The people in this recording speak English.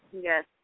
yes